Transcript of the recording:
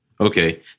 Okay